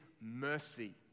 mercy